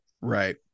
right